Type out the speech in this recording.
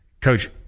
coach